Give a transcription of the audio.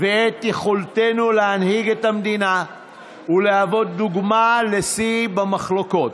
ואת יכולתנו להנהיג את המדינה ולהיות דוגמה לשיא במחלוקות.